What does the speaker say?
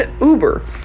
Uber